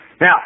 Now